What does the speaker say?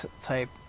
type